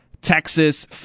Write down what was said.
Texas